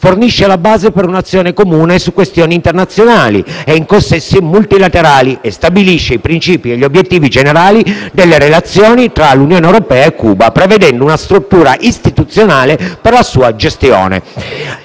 fornisce la base per un'azione comune su questioni internazionali e in consessi multilaterali e stabilisce i principi e gli obiettivi generali delle relazioni tra l'Unione europea e Cuba, prevedendo una struttura istituzionale per la sua gestione.